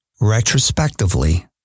retrospectively